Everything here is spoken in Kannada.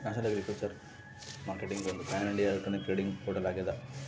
ನ್ಯಾಷನಲ್ ಅಗ್ರಿಕಲ್ಚರ್ ಮಾರ್ಕೆಟ್ಒಂದು ಪ್ಯಾನ್ಇಂಡಿಯಾ ಎಲೆಕ್ಟ್ರಾನಿಕ್ ಟ್ರೇಡಿಂಗ್ ಪೋರ್ಟಲ್ ಆಗ್ಯದ